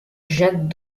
jacques